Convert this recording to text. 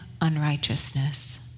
unrighteousness